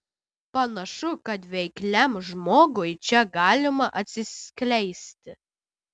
panašu kad veikliam žmogui čia galima atsiskleisti